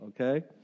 okay